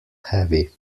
heavy